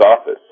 office